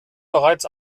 bereits